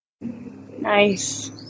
Nice